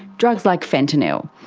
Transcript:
drugs like fentanyl.